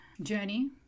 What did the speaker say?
journey